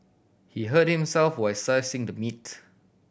he hurt himself while slicing the meats